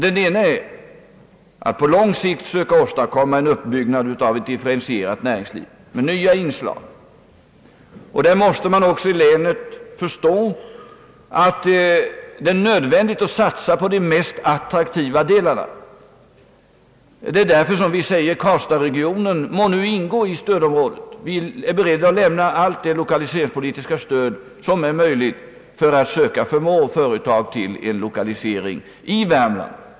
Den ena är att på lång sikt försöka åstadkomma en uppbyggnad av ett differentierat näringsliv med nya inslag — där måste man också i länet förstå att det är nödvändigt att satsa på de mest attraktiva länsdelarna. Det är därför vi säger att karlstadsregionen nu bör ingå i stödområdet. Vi är beredda att lämna allt det 1okaliseringspolitiska stöd som är möjligt för att försöka förmå företag till en lokalisering i Värmland.